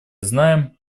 знаем